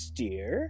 dear